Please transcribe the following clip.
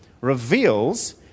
reveals